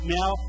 now